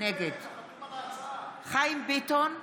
נגד חיים ביטון,